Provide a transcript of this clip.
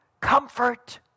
Comfort